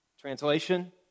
Translation